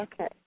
Okay